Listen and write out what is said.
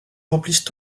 remplissent